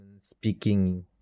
speaking